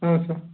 ಹಾಂ ಸರ್